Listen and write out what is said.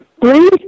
Three